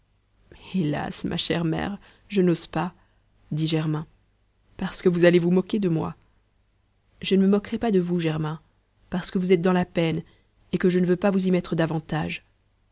hélas ma chère mère je n'ose pas dit germain parce que vous allez vous moquer de moi je ne me moquerai pas de vous germain parce que vous êtes dans la peine et que je ne veux pas vous y mettre davantage